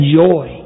joy